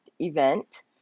event